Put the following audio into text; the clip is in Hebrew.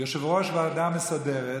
יושב-ראש הוועדה המסדרת,